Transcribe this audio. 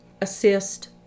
assist